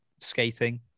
skating